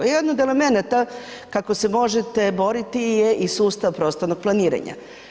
Jedan od elemenata kako se možete boriti je i sustav prostornog planiranja.